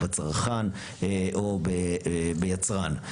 בצרכן או ביצרן.